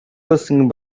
listening